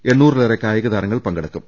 എണ്ണൂറിലേറെ കായിക താരങ്ങൾ പങ്കെടുക്കും